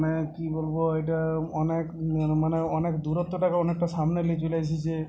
মানে কী বলবো ওইটা অনেক মানে অনেক দূরত্বটাকে অনেকটা সামনে নিয়ে চলে এসেছে